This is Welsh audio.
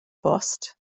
bost